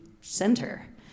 center